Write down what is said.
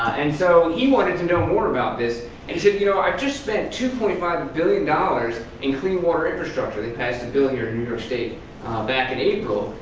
and so he wanted to know more about this, and you know i just spent two point five billion dollars in clean water infrastructure, they passed a bill here in new york state back in april.